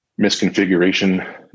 misconfiguration